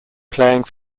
playing